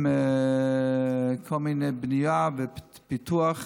בנייה ופיתוח,